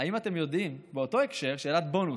האם אתם יודעים, באותו הקשר, שאלת בונוס,